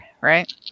right